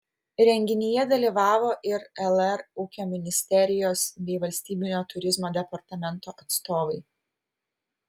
renginyje dalyvavo ir lr ūkio ministerijos bei valstybinio turizmo departamento atstovai